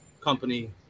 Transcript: company